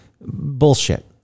Bullshit